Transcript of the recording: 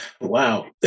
Wow